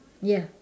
ya